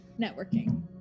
Networking